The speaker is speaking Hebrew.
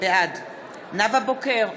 בעד נאוה בוקר,